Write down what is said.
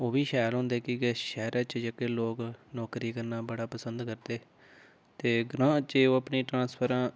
ओह् बी शैल होंदे की के शैह्रे च जेह्के लोक नौकरी करना बड़ा पसंद करदे ते ग्रांऽ च ओह् अपनी ट्रांस्फरां